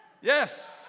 Yes